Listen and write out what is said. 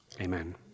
Amen